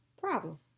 problem